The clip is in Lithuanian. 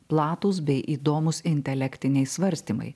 platūs bei įdomūs intelektiniai svarstymai